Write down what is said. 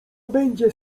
będzie